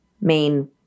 main